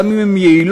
גם אם הן יעילות,